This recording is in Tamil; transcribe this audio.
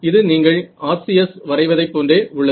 இது நீங்கள் RCS வரைவதை போன்றே உள்ளது